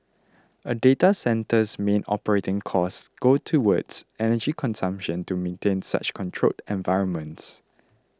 a data centre's main operating costs go towards energy consumption to maintain such controlled environments